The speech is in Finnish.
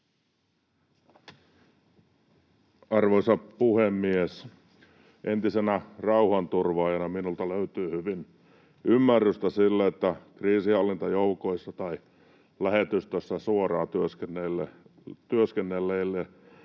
Arvoisa puhemies! Entisenä rauhanturvaajana minulta löytyy hyvin ymmärrystä sille, että kriisinhallintajoukoissa tai lähetystössä suoraan työskennelleille